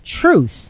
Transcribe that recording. truth